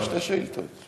הייתה שאילתה מאוחדת?